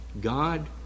God